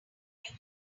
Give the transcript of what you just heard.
might